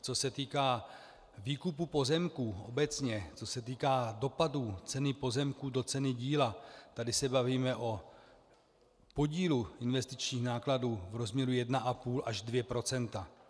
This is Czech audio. Co se týká výkupu pozemků obecně, co se týká dopadu ceny pozemků do ceny díla, tady se bavíme o podílu investičních nákladů v rozměru 1,5 až 2 %.